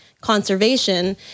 conservation